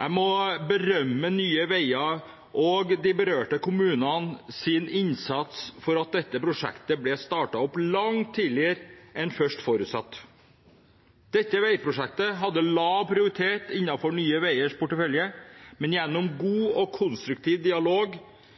Jeg må berømme Nye Veier og de berørte kommunenes innsats for at dette prosjektet ble startet opp langt tidligere enn først forutsatt. Dette veiprosjektet hadde lav prioritet innenfor Nye Veiers portefølje, men gjennom god og konstruktiv dialog